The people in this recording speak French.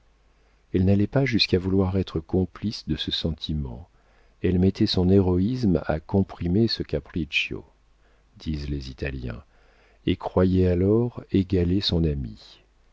elle n'allait pas jusqu'à vouloir être complice de ce sentiment elle mettait son héroïsme à comprimer ce capriccio disent les italiens et croyait alors égaler son amie